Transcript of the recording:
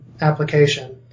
application